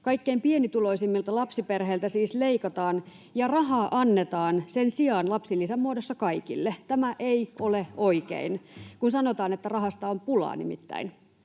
Kaikkein pienituloisimmilta lapsiperheiltä siis leikataan, ja rahaa annetaan sen sijaan lapsilisän muodossa kaikille. [Annika Saarikko: Ja aika vähän annetaan!] Tämä ei ole oikein, nimittäin